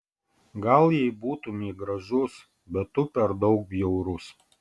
gal jei būtumei gražus bet tu per daug bjaurus